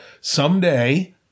someday